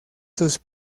sus